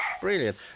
Brilliant